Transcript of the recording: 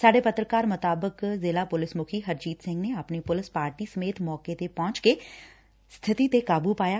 ਸਾਡੇ ਪੱਤਰਕਾਰ ਮੁਤਾਬਿਕ ਜ਼ਿਲੁਾ ਪੁਲਿਸ ਮੁਖੀ ਹਰਜੀਤ ਸਿੰਘ ਨੇ ਆਪਣੀ ਪੁਲਿਸ ਪਾਰਟੀ ਸਮੇਤ ਮੌਕੇ ਤੇ ਪਹੁੰਚ ਕੇ ਸਬਿਤੀ ਤੇ ਕਾਬੂ ਪਾਇਆ